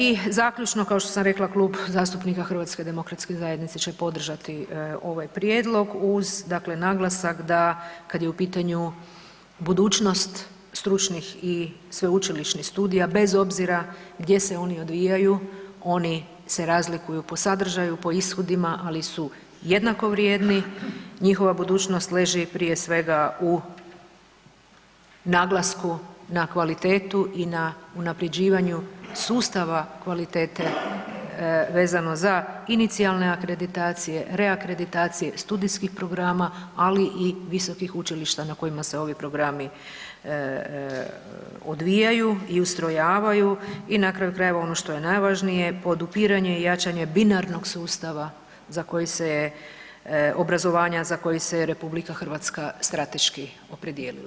I zaključno, kao što sam rekla, Klub zastupnika HDZ-a će podržati ovaj prijedlog uz dakle naglasak da kad je u pitanju budućnost stručnih i sveučilišnih studija bez obzira gdje se oni odvijaju, oni se razlikuju po sadržaju, po ishodima ali su jednako vrijedni, njihova budućnost leži prije svega u naglasku na kvalitetu i na unaprjeđivanju sustava kvalitete vezano za inicijalne akreditacije, reakreditacije studijskih programa ali i visokih učilišta na kojima se ovi programi odvijaju i ustrojavaju i na kraju krajeva, ono što je najvažnije, podupiranje i jačanje binarnog sustava obrazovanja za koji se RH strateški opredijelila.